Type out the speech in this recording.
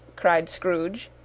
cried scrooge.